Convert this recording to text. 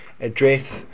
address